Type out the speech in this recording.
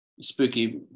spooky